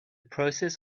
process